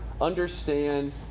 understand